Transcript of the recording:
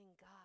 God